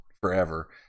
forever